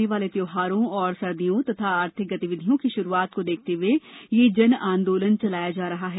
आने वाले त्यौहारों और सर्दियों तथा आर्थिक गतिविधियों की शुरुआत को देखते हुए यह जन आंदोलन चलाया जा रहा है